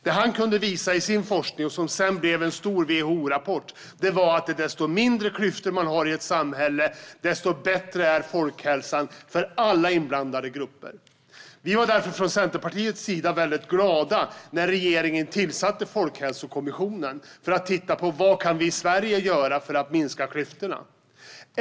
Det han kunde visa i sin forskning, som sedan blev en stor WHO-rapport, var att ju mindre klyftor man har i ett samhälle, desto bättre är folkhälsan för alla inblandade grupper. Vi var därför från Centerpartiets sida väldigt glada när regeringen tillsatte Folkhälsokommissionen för att titta på vad vi i Sverige kan göra för att minska klyftorna.